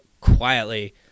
quietly